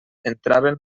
entraven